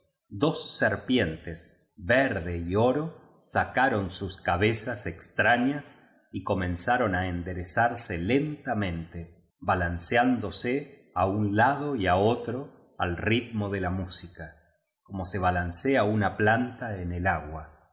dos serpientes verde y oro sacaron sus cabezas extrañas y comenzaron á enderezarse lentamente balanceándose á un lado y á otro al ritmo de la música como se balancea una planta en el agua